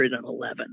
111